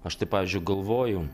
aš tai pavyzdžiui galvoju